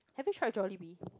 have you tried Jollibee